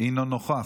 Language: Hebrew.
הינו נוכח.